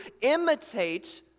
imitate